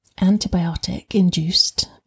antibiotic-induced